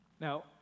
Now